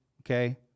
okay